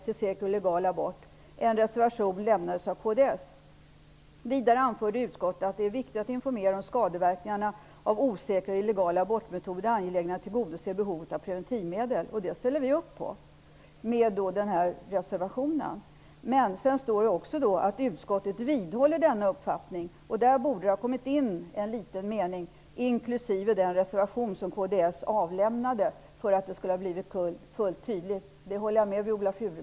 En reservation lämnades av kds. Vidare anförde utskottet att det är viktigt att informera om skadeverkningar av osäkra och illegala abortmetoder och det angelägna i att tillgodose behovet av preventivmedel.'' Detta ställer vi upp på, med den reservationen. Men det står också att utskottet vidhåller denna uppfattning, och där borde det ha stått ''inklusive den reservation som kds avlämnade'' för att det skulle ha blivit fullt tydligt. Det håller jag med